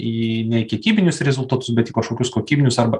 į ne kiekybinius rezultatus bet į kažkokius kokybinius arba